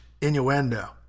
innuendo